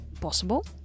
possible